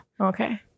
Okay